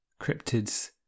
cryptids